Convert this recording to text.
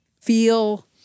feel